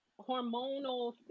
hormonal